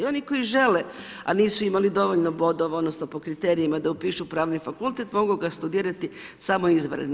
Oni k0oji žele, a nisu imali dovoljno bodova, odnosno, po kriterijima da upišu pravni fakultet, mogu ga studirati samo izvanredno.